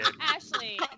Ashley